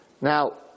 Now